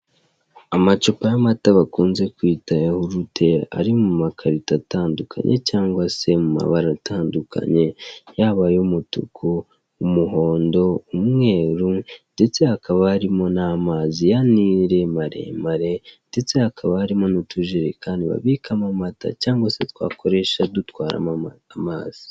Amacupa y'amata bakunze kwita yahurute ari mu makarito atandukanye cyangwa se mu mabara atandukanye, yaba ay'umutuku, umuhondo, umweru ndetse hakaba harimo n'amazi ya Nile maremare ndetse hakaba harimo n'utujerekani babikamo amata cyangwa se twakoresha dutwaramo amazi.